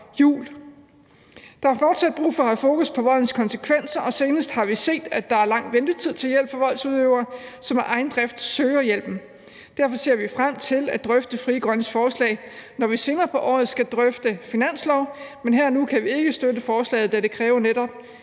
Der er fortsat brug for at have fokus på voldens konsekvenser, og senest har vi set, at der er lang ventetid til hjælp for voldsudøvere, som af egen drift søger hjælpen. Derfor ser vi frem til at drøfte Frie Grønnes forslag, når vi senere på året skal drøfte finanslov, men her og nu kan vi ikke støtte forslaget, da det netop